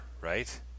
right